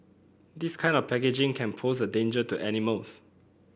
this kind of packaging can pose a danger to animals